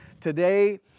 today